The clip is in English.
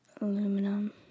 Aluminum